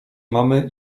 mamy